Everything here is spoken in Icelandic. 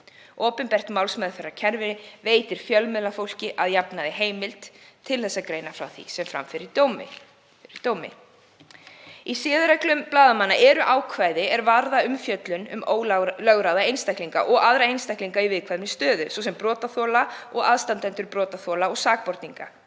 Opinbert málsmeðferðarkerfi veitir fjölmiðlafólki að jafnaði heimild til að greina frá því sem fram fer fyrir dómi. Í siðareglum blaðamanna eru ákvæði er varða umfjöllun um ólögráða einstaklinga og aðra í viðkvæmri stöðu, svo sem brotaþola og aðstandendur brotaþola og sakborninga.